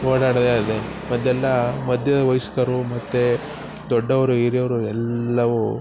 ಓಡಾಡೋದೆ ಅದೆ ಮೊದ್ಲೆಲ್ಲಾ ಮಧ್ಯ ವಯಸ್ಕರು ಮತ್ತೆ ದೊಡ್ಡೋವ್ರು ಹಿರಿಯವ್ರು ಎಲ್ಲವೂ